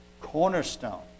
cornerstone